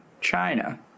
China